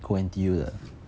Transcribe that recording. go N_T_U 的